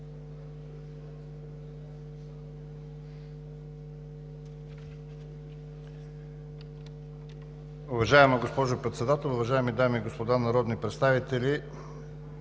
Уважаема госпожо Председател, уважаеми дами и господа народни представители!